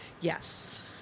yes